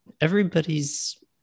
everybody's